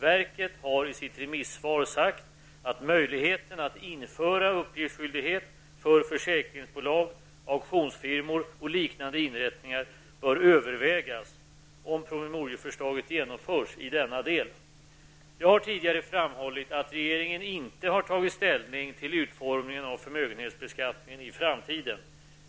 Verket har i sitt remissvar sagt att möjligheten att införa uppgiftsskyldighet för försäkringsbolag, auktionsfirmor och liknande inrättningar bör övervägas om promemorieförslaget genomförs i denna del. Jag har tidigare framhållit att regeringen inte har tagit ställning till utformningen av förmögenhetsbeskattningen i framtiden.